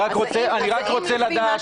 אני רק רוצה לדעת